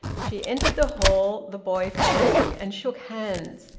she entered the hall, the boy following, and shook hands,